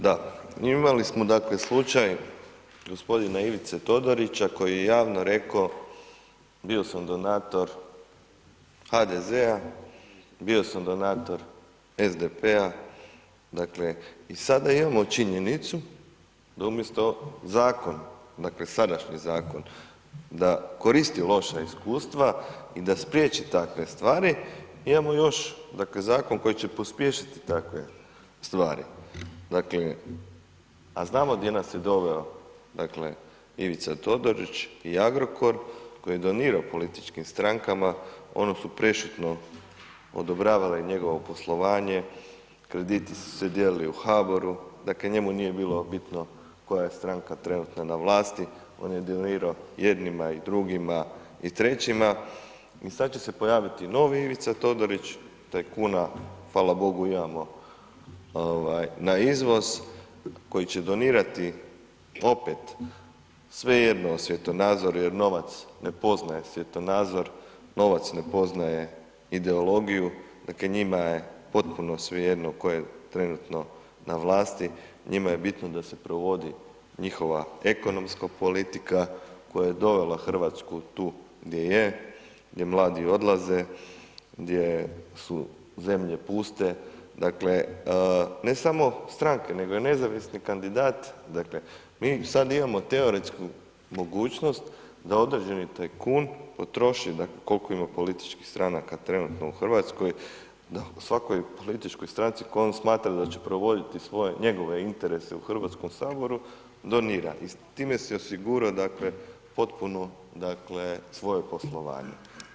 Da, imali smo, dakle, slučaj g. Ivice Todorića koji je javno rekao bio sam donator HDZ-a, bio sam donator SDP-a, dakle, i sada imamo činjenicu da umjesto zakon, dakle, sadašnji zakon da koristi loša iskustva i da spriječi takve stvari, imamo još, dakle, zakon koji će pospješiti takve stvari, dakle, a znamo di nas je doveo, dakle, Ivica Todorić i Agrokor koji je donirao političkim strankama, one su prešutno odobravale njegovo poslovanje, krediti su se dijelili u HABOR-u, dakle, njemu nije bilo bitno koja je stranka trenutno na vlasti, on je donirao i jednima i drugima i trećima i sad će se pojaviti novi Ivica Todorić, tajkuna, hvala Bogu imamo na izvoz koji će donirati opet, svejedno svjetonazor jer novac ne poznaje svjetonazor, novac ne poznaje ideologiju, dakle, njima je potpuno svejedno tko je trenutno na vlasti, njima je bitno da se provodi njihova ekonomska politika koja je dovela RH tu gdje je, gdje mladi odlaze, gdje su zemlje puste, dakle, ne samo stranke, nego i nezavisni kandidat, dakle, mi sad imamo teoretsku mogućnost da određeni tajkun potroši, dakle, koliko ima političkih stranaka trenutno u RH, da svakoj političkoj stranci koju on smatra da će provoditi njegove interese u HS, donira i time si osigurao, dakle, potpuno, dakle, svoje poslovanje.